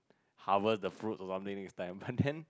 hover the food or something next time but then